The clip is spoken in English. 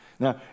Now